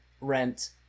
Rent